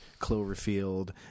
Cloverfield